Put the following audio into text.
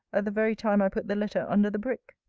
at the very time i put the letter under the brick!